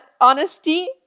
honesty